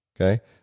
Okay